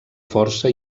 força